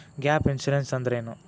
Gap insurance ಅಂದ್ರೇನು?